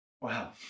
Wow